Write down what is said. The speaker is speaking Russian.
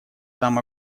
там